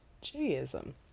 Judaism